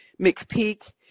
McPeak